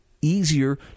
easier